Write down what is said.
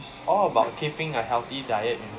it's all about keeping a healthy diet